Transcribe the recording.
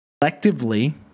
collectively